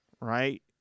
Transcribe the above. right